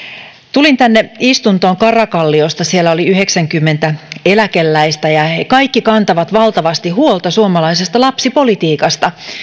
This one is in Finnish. tulin tänne istuntoon karakalliosta siellä oli yhdeksänkymmentä eläkeläistä ja he kaikki kantavat valtavasti huolta suomalaisesta lapsipolitiikasta